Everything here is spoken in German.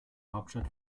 hauptstadt